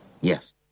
Yes